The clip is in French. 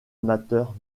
amateurs